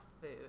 food